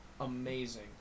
amazing